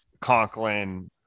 Conklin